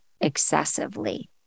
excessively